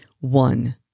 One